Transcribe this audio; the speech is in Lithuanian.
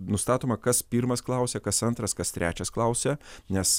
nustatoma kas pirmas klausia kas antras kas trečias klausia nes